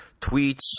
tweets